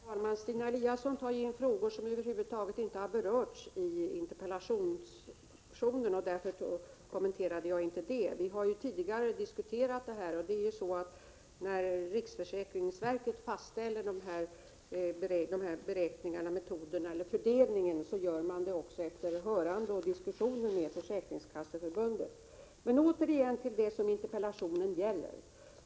Herr talman! Stina Eliasson förde in frågor som över huvud taget inte har berörts i interpellationen, och därför kommenterade jag inte dem. Vi har tidigare diskuterat detta. När riksförsäkringsverket fastställer fördelningen gör man det efter hörande av och efter diskussioner med försäkringskasseförbundet. Men åter till det som interpellationen gäller.